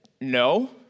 no